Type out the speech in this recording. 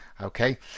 Okay